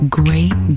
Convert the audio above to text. great